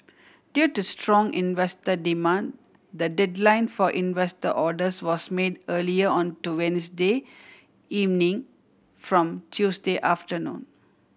due to strong investor demand the deadline for investor orders was made earlier on to Wednesday evening from Tuesday afternoon